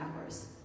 hours